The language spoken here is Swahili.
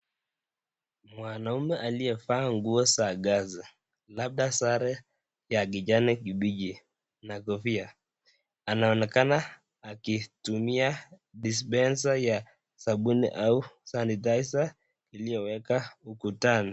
Mwanaume aliyevaa nguo za kazi labda sare ya kijani kibichi na kofia anaonekana akitumia dispensa ya sabuni au sanitiser iliyowekwa ukutani.